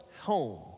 home